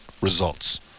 results